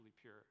pure